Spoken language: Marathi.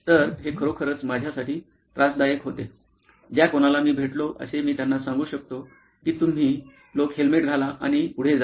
तर हे खरोखरच माझ्यासाठी त्रासदायक होते ज्या कोणाला मी भेटलो असे मी त्यांना सांगू शकतो की तुम्ही लोक हेल्मेट घाला आणि पुढे जा